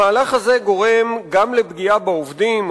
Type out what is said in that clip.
המהלך הזה גורם גם לפגיעה בעובדים,